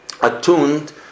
attuned